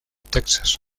texas